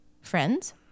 friends